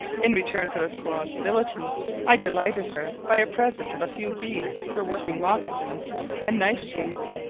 in return for the squaw's civility i delighted her by a present of a few beads for working mocassins and knife-sheaths,